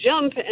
jump